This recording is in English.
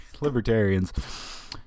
libertarians